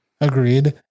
Agreed